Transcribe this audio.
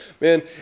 Man